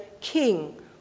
king